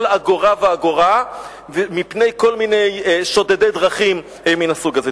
אגורה ואגורה מפני כל מיני שודדי דרכים מהסוג הזה.